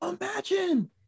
imagine